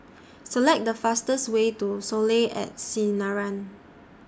Select The fastest Way to Soleil At Sinaran